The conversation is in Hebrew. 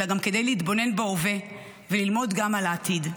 אלא גם כדי להתבונן בהווה וללמוד גם על העתיד.